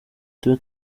tube